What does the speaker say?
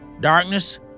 darkness